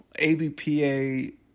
ABPA